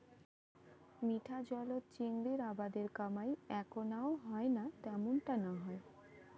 মিঠা জলত চিংড়ির আবাদের কামাই এ্যাকনাও হয়না ত্যামুনটা না হয়